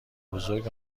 بزرگ